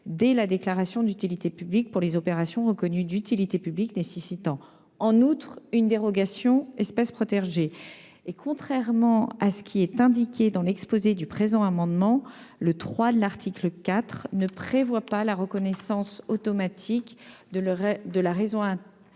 dès la déclaration d'utilité publique, pour les opérations reconnues d'utilité publique nécessitant, en outre, une dérogation « espèces protégées ». Contrairement à ce qui est indiqué dans l'objet de cet amendement, le III de l'article 4 ne prévoit pas la reconnaissance automatique de la raison impérative